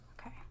Okay